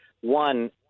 One